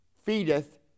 feedeth